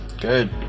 good